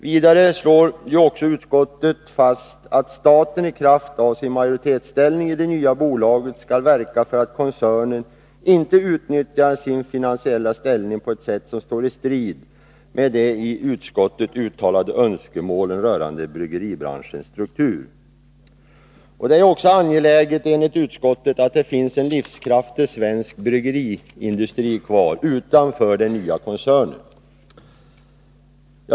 Vidare slår utskottet fast att staten i kraft av sin majoritetsställning i det nya bolaget skall verka för att koncernen inte utnyttjar sin finansiella ställning på ett sätt som står i strid med de i utskottet uttalade önskemålen rörande bryggeribranschens struktur. Det är ju, enligt utskottet, angeläget att det finns en livskraftig svensk bryggeriindustri kvar utanför den nya koncernen.